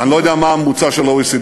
אני לא יודע מה הממוצע של ה-OECD,